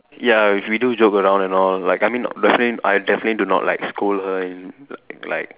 ya we do joke around and all like I mean definitely I definitely do not like scold her and like